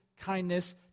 kindness